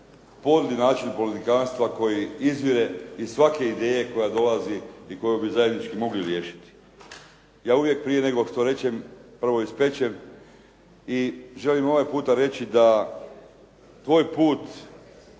način politikanstva koji izvire iz svake ideje koja dolazi i koju bi zajednički mogli riješiti. Ja uvijek prije nego što rečem, prvo ispečem, i želim ovaj puta reći da tvoj put